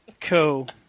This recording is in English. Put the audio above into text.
Cool